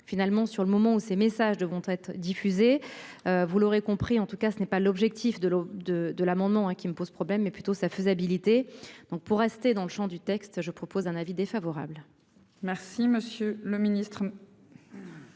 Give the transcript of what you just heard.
finalement sur le moment où ces messages devront être diffusé. Vous l'aurez compris, en tout cas ce n'est pas l'objectif de l'eau de, de l'amendement qui me pose problème mais plutôt sa faisabilité. Donc pour rester dans le Champ du texte. Je propose un avis défavorable. Merci, monsieur le Ministre.